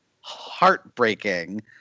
heartbreaking